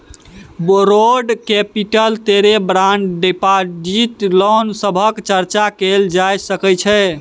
borrowed capital तरे bond deposit loan सभक चर्चा कएल जा सकइ छै